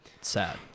Sad